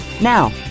Now